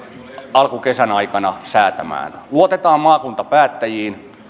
alkukesän aikana säätämään luotetaan maakuntapäättäjiin